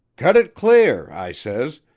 cut it clear i says,